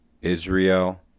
Israel